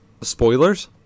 Spoilers